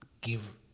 give